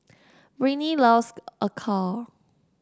Britny loves acar